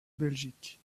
belgique